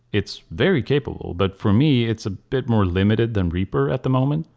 it's very capable but for me it's a bit more limited than reaper at the moment.